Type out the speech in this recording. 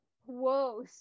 Whoa